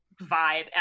vibe